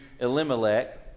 Elimelech